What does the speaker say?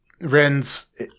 Ren's